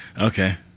Okay